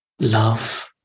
love